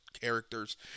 characters